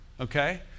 Okay